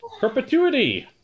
Perpetuity